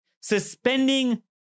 suspending